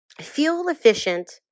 fuel-efficient